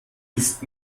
ist